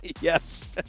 Yes